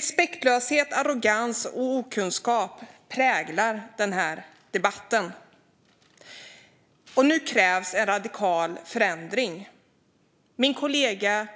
Respektlöshet, arrogans och okunskap präglar den här debatten. Nu krävs en radikal förändring. Min kollega